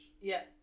yes